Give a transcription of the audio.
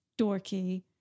dorky